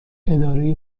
اداره